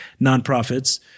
nonprofits